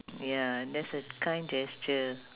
ya that's a kind gesture